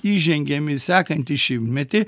įžengiam į sekantį šimtmetį